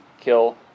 kill